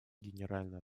генеральная